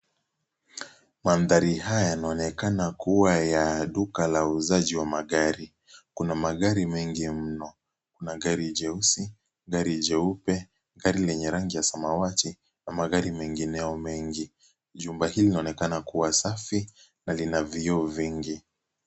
Mandhari haya yanaonekana kuwa ya duka la uuzaji wa magari. Kuna magari mengi mno. Kuna gari jeupe, jeusi, gari lenye rangi ya samawati na magari mengineyo mengi. Jumba hii linaonekana kuwa safi na lina vioo vingi.